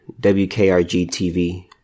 WKRG-TV